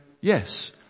Yes